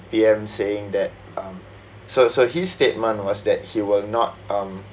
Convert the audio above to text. P_M saying that um so so his statement was that he will not um